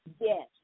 yes